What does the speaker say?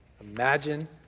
Imagine